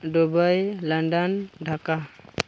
Dubai London Dhaka